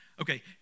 Okay